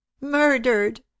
Murdered